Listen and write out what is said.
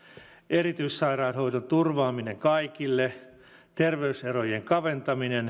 erityissairaanhoidon turvaaminen kaikille terveyserojen kaventaminen